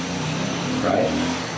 right